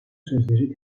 sözleri